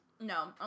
No